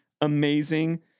amazing